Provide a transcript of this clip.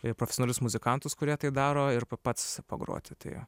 profesionalius muzikantus kurie tai daro ir pa pats pagroti tai